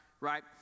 right